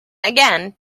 again